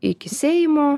iki seimo